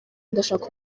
adashaka